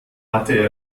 hatte